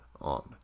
on